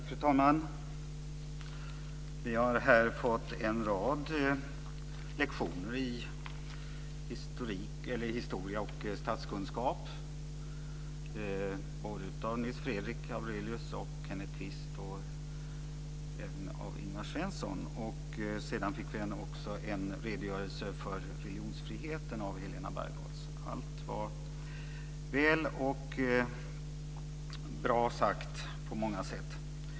Fru talman! Vi har här fått en rad lektioner i historia och statskunskap, både av Nils Fredrik Aurelius och av Kenneth Kvist och även av Ingvar Svensson. Sedan fick vi också en redogörelse för religionsfriheten av Helena Bargholtz. Allt var väl och bra sagt på många sätt.